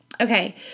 Okay